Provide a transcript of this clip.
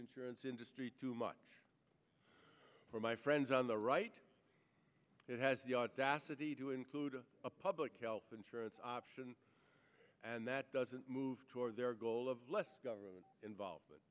insurance industry too much for my friends on the right it has the audacity to include a public health insurance option and that doesn't move toward their goal of less government involve